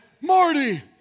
Marty